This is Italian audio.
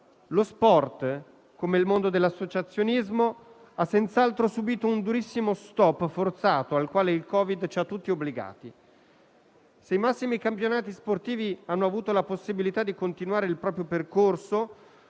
Lo sport, come il mondo dell'associazionismo, ha senz'altro subito un durissimo stop forzato, al quale il Covid ci ha tutti obbligati. Se i massimi campionati sportivi hanno avuto la possibilità di continuare il proprio percorso